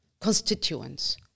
constituents